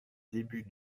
débuts